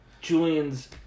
Julian's